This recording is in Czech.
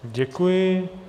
Děkuji.